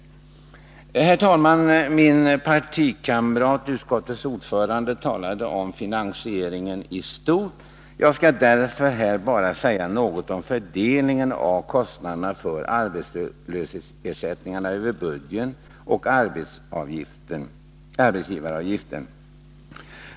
Herr talman! Min partikamrat, utskottets ordförande, talade om finansieringsfrågan i stort. Jag skall därför bara säga något om fördelningen av kostnaderna för arbetslöshetsersättningarna över budgeten och arbetsgivaravgiften.